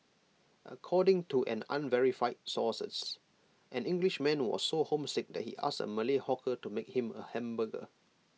according to an unverified sources an Englishman was so homesick that he asked A Malay hawker to make him A hamburger